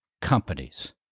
companies